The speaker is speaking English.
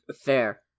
Fair